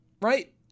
right